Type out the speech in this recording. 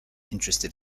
interested